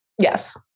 Yes